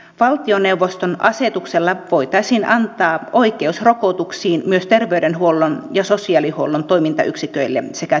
valtioneuvoston asetuksella voitaisiin antaa oikeus rokotuksiin myös terveydenhuollon ja sosiaalihuollon toimintayksiköille sekä työterveyshuollolle